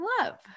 love